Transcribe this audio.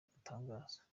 atangaza